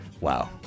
wow